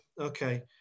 okay